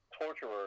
torturer